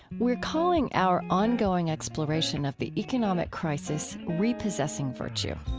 we're calling our ongoing exploration of the economic crisis repossessing virtue.